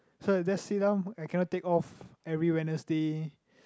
so that's it lor I cannot take off every Wednesday